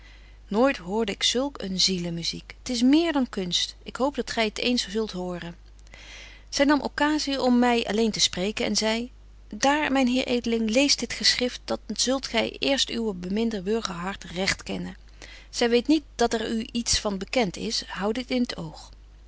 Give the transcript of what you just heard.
nooit hoorde ik zulk een zielen muziek t is meer dan kunst ik hoop dat gy t eens zult horen zy nam occasie om my alleen te spreken en zei daar myn heer edeling lees dit geschrift dan zult gy eerst uwe beminde burgerhart recht kennen zy weet niet dat er u iets van bekent is hou dit in t oog